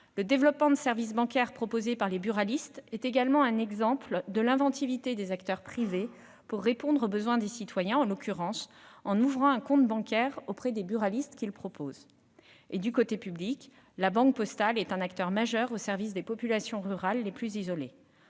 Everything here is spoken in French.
Le développement de services bancaires proposés par les buralistes est également un exemple de l'inventivité des acteurs privés pour répondre aux besoins des citoyens. En l'occurrence, ces derniers peuvent ouvrir un compte bancaire auprès des buralistes qui le proposent. Du côté public, La Banque postale est un acteur majeur au service des populations rurales les plus isolées.